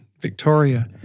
Victoria